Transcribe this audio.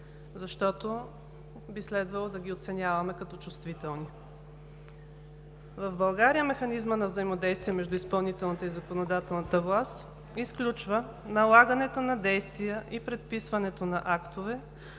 защото би следвало да ги оценяваме като чувствителни. В България механизмът на взаимодействие между изпълнителната и законодателната власт изключва налагането на действия и предписването на актове,